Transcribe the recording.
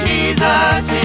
Jesus